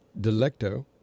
Delecto